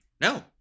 No